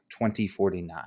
2049